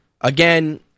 Again